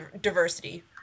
diversity